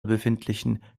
befindlichen